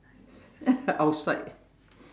outside